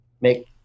make